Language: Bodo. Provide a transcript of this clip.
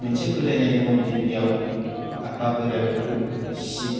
मोनसे फोथायनाय दङदि बेयाव आफा बोराइ बाथौ शिब